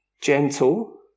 gentle